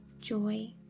joy